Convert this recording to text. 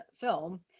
film